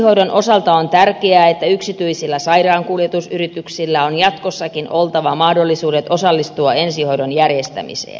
ensihoidon osalta on tärkeää että yksityisillä sairaankuljetusyrityksillä on jatkossakin oltava mahdollisuudet osallistua ensihoidon järjestämiseen